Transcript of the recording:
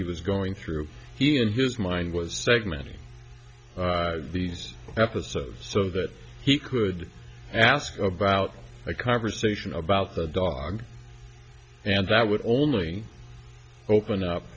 he was going through he in his mind was segmenting these episodes so that he could ask about a conversation about the dog and that would only open up